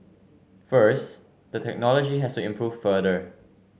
first the technology has to improve further